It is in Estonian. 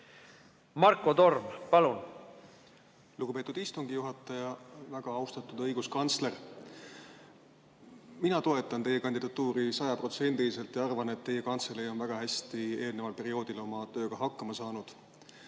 Marko Torm, palun!